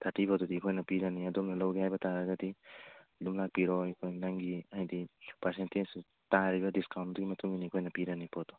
thirty ꯐꯥꯎꯗꯨꯗꯤ ꯑꯩꯈꯣꯏꯅ ꯄꯤꯔꯅꯤ ꯑꯗꯣꯝꯅ ꯂꯧꯒꯦ ꯍꯥꯏꯕ ꯇꯥꯔꯒꯗꯤ ꯑꯗꯨꯝ ꯂꯥꯛꯄꯤꯔꯣ ꯑꯩꯈꯣꯏ ꯅꯪꯒꯤ ꯍꯥꯏꯗꯤ ꯄꯥꯔꯁꯦꯟꯇꯦꯖꯇꯨ ꯇꯥꯔꯤꯕ ꯗꯤꯁꯀꯥꯎꯟꯗꯨꯒꯤ ꯃꯇꯨꯡ ꯏꯟꯅ ꯑꯩꯈꯣꯏꯅ ꯄꯤꯔꯅꯤ ꯄꯣꯠꯇꯣ